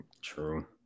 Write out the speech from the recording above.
True